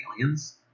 aliens